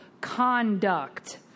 conduct